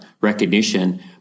recognition